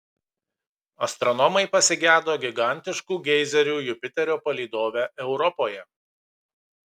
astronomai pasigedo gigantiškų geizerių jupiterio palydove europoje